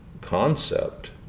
concept